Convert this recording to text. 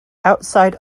outside